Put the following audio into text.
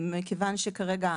מכיוון שכרגע,